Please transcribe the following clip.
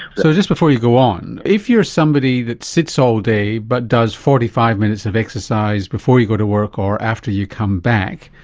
so just before you go on. if you're somebody that sits all day but does forty five minutes of exercise before you go to work or after you come back,